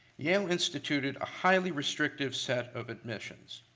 yale instituted a highly restrictive set of admissions.